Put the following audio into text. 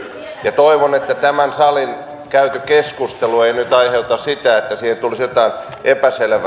ja toivon että tässä salissa käyty keskustelu ei nyt aiheuta sitä että siihen tulisi jotain epäselvää